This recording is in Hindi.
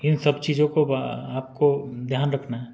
इन सब चीजों को आपको ध्यान रखना है